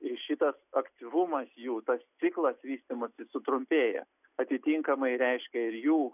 ir šitas aktyvumas jų tas ciklas vystymosi sutrumpėja atitinkamai reiškia ir jų